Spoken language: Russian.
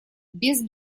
без